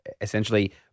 essentially